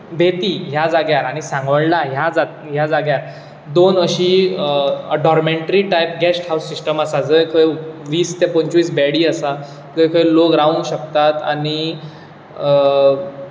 बेतीं ह्या जाग्यार आनी सांगोळडा ह्या जाग्यार दोन अशीं dormitory type guest house system आसा जंय खंय वीस ते पंचवीस बॅडी आसात जंय खंय लोक रावंक शकतात आनी